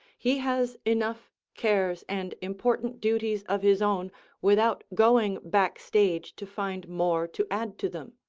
he has enough cares and important duties of his own without going back stage to find more to add to them.